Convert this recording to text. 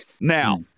Now